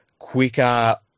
quicker